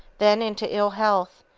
then into ill-health,